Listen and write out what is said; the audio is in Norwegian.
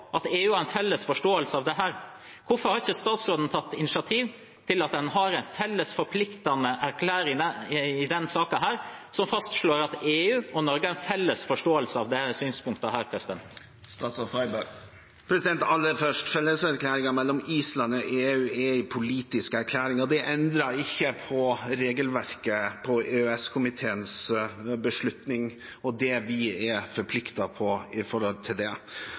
at EU og Norge har en felles forståelse av dette: Hvorfor har ikke statsråden tatt initiativ til en felles forpliktende erklæring i denne saken som fastslår at EU og Norge har en felles forståelse av disse synspunktene? Aller først: Felleserklæringen mellom Island og EU er en politisk erklæring, og den endrer ikke på regelverket, på EØS-komiteens beslutning og det vi er forpliktet til når det gjelder det.